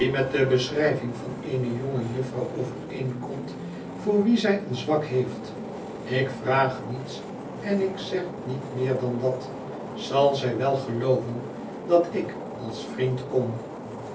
met de beschrijving van eene jonge jufvrouw overeenkomt voor wie zij een zwak heeft ik vraag niets en ik zeg niet meer dan dat zal zij wel gelooven dat ik als vriend kom